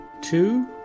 two